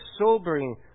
sobering